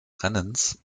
rennens